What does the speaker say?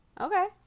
Okay